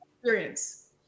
experience